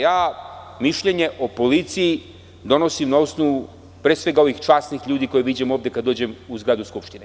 Ja mišljenje o policiji donosim pre svega na osnovu ovih časnih ljudi koje viđam ovde kad dođem u zgradu Skupštine.